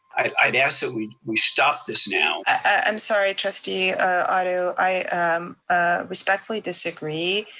i'd ask that we we stop this now. i'm sorry trustee otto, i um ah respectfully disagree.